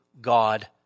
God